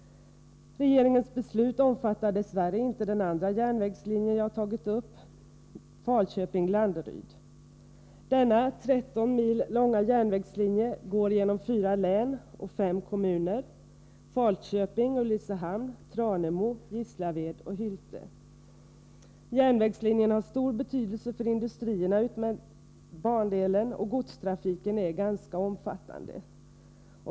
Regeringens beslut omfattar dess värre inte den andra järnvägslinjen, som jag berör i min motion, Falköping-Landeryd. Denna 13 mil långa järnvägslinje går genom fyra län och fem kommuner — Falköping, Ulricehamn, Tranemo, Gislaved och Hylte. Järnvägslinjen har stor betydelse för industrierna utmed bandelen, och godstrafiken är ganska omfattande.